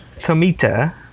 Tomita